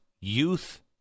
youth